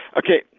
okay.